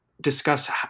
discuss